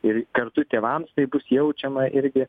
ir kartu tėvams tai bus jaučiama irgi